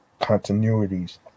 continuities